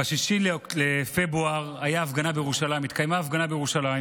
ב-6 בפברואר התקיימה הפגנה בירושלים